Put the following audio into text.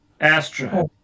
Astra